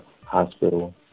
hospital